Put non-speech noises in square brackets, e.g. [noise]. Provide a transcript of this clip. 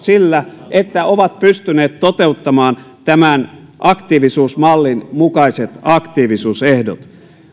[unintelligible] sillä että he ovat pystyneet toteuttamaan tämän aktiivisuusmallin mukaiset aktiivisuusehdot